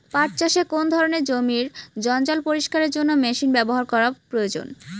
পাট চাষে কোন ধরনের জমির জঞ্জাল পরিষ্কারের জন্য মেশিন ব্যবহার করা প্রয়োজন?